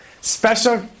special